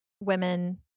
women